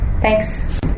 thanks